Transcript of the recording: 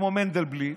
כמו מנדלבליט,